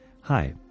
hi